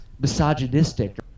Misogynistic